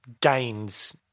gains